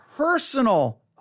personal